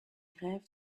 grève